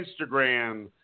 Instagram